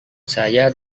saya